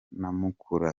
namakula